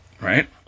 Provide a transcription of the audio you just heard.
right